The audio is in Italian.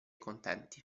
contenti